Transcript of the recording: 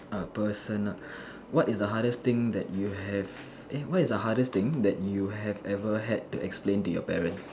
a personal what is the hardest thing that you have eh what is the hardest thing that you have ever had to explain to your parents